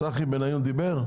בבקשה.